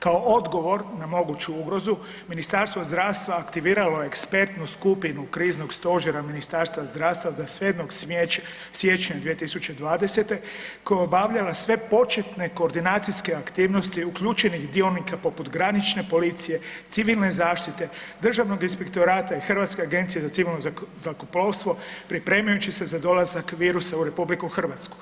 Kao odgovor na moguću ugrozu Ministarstvo zdravstva aktiviralo je ekspertnu skupinu kriznog stožera Ministarstva zdravstva 27. siječnja 2020. koja je obavljala sve početne koordinacijske aktivnosti uključenih dionika poput granične policije, civilne zaštite, Državnog inspektorata i Hrvatske agencije za civilno zrakoplovstvo pripremajući se za dolazak virusa u RH.